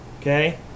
Okay